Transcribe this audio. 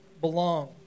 belong